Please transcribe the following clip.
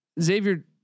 Xavier